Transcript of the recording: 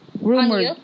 Rumored